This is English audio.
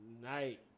night